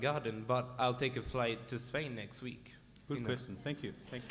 garden but i'll take a flight to spain next week and thank you